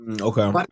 okay